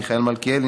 מיכאל מלכיאלי,